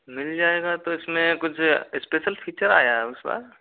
मिल जाएगा तो इसमें कुछ स्पेशल फ़ीचर आया इस बार